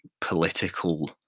political